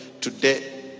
today